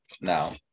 now